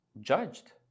judged